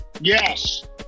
Yes